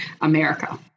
America